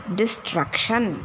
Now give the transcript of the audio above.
destruction